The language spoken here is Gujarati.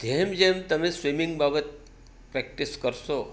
જેમ જેમ તમે સ્વિમિંગ બાબત પ્રેક્ટિસ કરશો